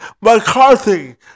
McCarthy